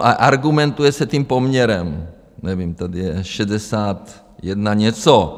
A argumentuje se tím poměrem, nevím, tady je 61 něco.